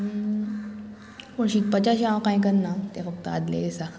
शिकपाचें अशें हांव कांय करना तें फक्त आदले आसा